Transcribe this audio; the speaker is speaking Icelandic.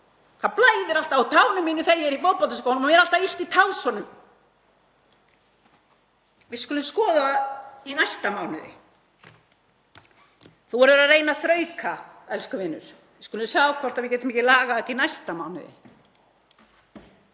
Það blæðir alltaf úr tánum mínum þegar ég er í fótboltaskónum og mér er alltaf illt í tásunum. Við skulum skoða það í næsta mánuði. Þú verður að reyna að þrauka, elsku vinur. Við skulum sjá hvort við getum ekki lagað þetta í næsta mánuði.